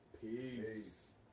Peace